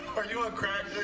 are you on crack,